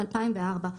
2004,